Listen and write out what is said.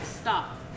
Stop